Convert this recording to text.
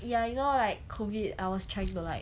ya you know like COVID I was trying to like